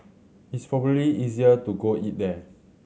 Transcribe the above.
it's probably easier to go eat there